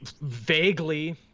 vaguely